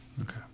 Okay